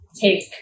take